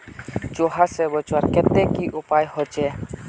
चूहा से बचवार केते की उपाय होचे?